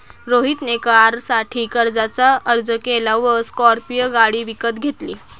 रोहित ने कारसाठी कर्जाचा अर्ज केला व स्कॉर्पियो गाडी विकत घेतली